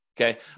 Okay